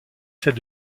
celle